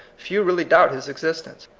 few really doubt his exis tence.